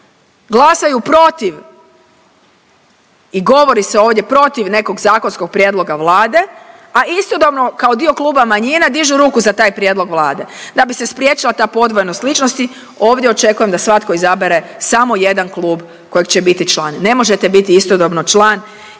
glasaju protiv i govori se ovdje protiv nekog zakonskog prijedloga Vlade, a istodobno kao dio kluba manjina dižu ruku za taj prijedlog Vlade, da bi se spriječila ta podvojenost ličnosti, ovdje očekujem da svatko izabere samo jedan klub kojeg će biti član. Ne možete biti istodobno čak